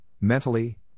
mentally